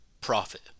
profit